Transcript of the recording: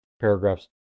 Paragraphs